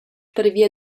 pervia